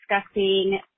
discussing